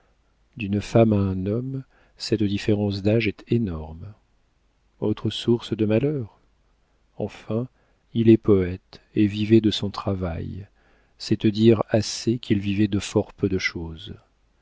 d'une femme à un homme cette différence d'âge est énorme autre source de malheurs enfin il est poète et vivait de son travail c'est te dire assez qu'il vivait de fort peu de chose